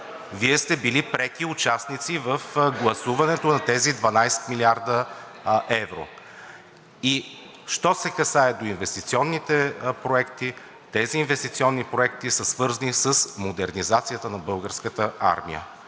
Вие сте били преки участници в гласуването на тези 12 млрд. евро. Що се касае до инвестиционните проекти, те са свързани с модернизацията на Българската армия.